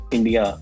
India